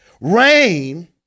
Rain